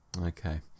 Okay